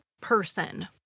person